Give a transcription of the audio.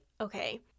okay